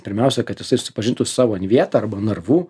pirmiausia kad jisai pažintų savo vietą arba narvu